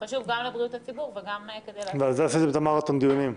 גם לבריאות הציבור וגם כדי --- על זה עשיתם מרתון דיונים.